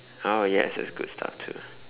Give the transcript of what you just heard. oh yes that's good stuff too